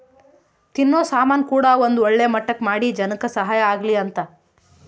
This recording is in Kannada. ತಿನ್ನೋ ಸಾಮನ್ ಕೂಡ ಒಂದ್ ಒಳ್ಳೆ ಮಟ್ಟಕ್ ಮಾಡಿ ಜನಕ್ ಸಹಾಯ ಆಗ್ಲಿ ಅಂತ